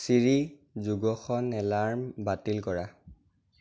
চিৰি যোগসন এলাৰ্ম বাতিল কৰা